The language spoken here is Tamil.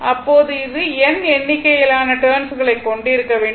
அப்போது அது n எண்ணிக்கையிலான டேர்ன்ஸ் களைக் கொண்டிருக்க வேண்டும்